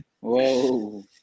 Whoa